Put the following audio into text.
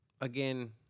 Again